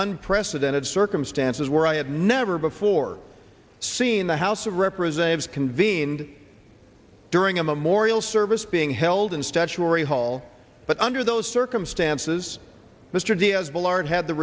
unprecedented circumstances where i had never before seen the house of representatives convened during a memorial service being held in statuary hall but under those circumstances mr